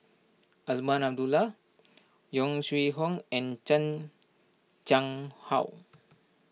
Azman Abdullah Yong Shu Hoong and Chan Chang How